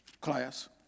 class